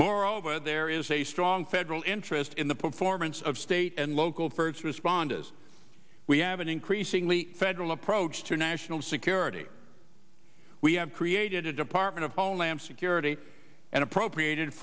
moreover there is a strong federal interest in the performance of state and local for its responses we have an increasingly federal approach to national security we have created a department of homeland security and appropriate